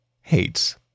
hates